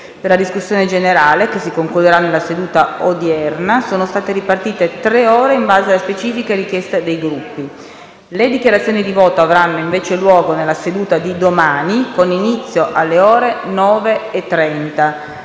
Per la discussione sulla fiducia, che si concluderà nella seduta odierna, sono state ripartite tre ore, in base a specifiche richieste dei Gruppi. Le dichiarazioni di voto avranno invece luogo nella seduta di domani, con inizio alle ore 9,30.